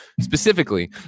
Specifically